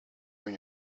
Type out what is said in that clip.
when